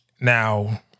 Now